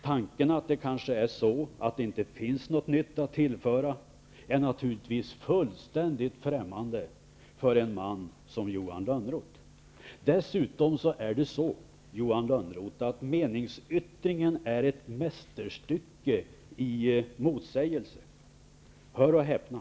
Tanken att det kanske inte finns något nytt att tillföra är naturligtvis fullständigt främmande för en man som Johan Lönnroth. Dessutom är det så, Johan Lönnroth, att meningsyttringen är ett mästerstycke i fråga om att vara motsägelsefull, för -- hör och häpna!